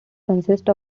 consist